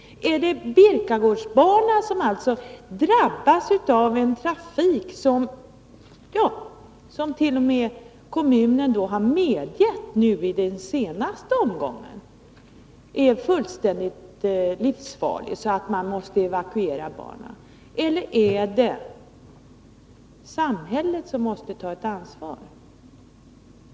Är det Birkagårdsbarnen, som drabbas av en trafik som är fullständigt livsfarlig? I den senaste omgången har ju t.o.m. kommunen medgett att trafiken är så farlig att man har måst evakuera barnen. Eller är det samhället?